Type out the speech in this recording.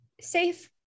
Safe